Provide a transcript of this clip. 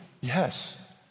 Yes